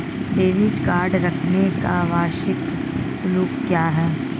Debit card रखने का वार्षिक शुल्क क्या है?